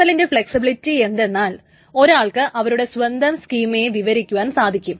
XML ന്റെ flexibility എന്തെന്നാൽ ഒരാൾക്ക് അവരുടെ സ്വന്തം സ്കീമയെ വിവരിക്കുവാൻ സാധിക്കം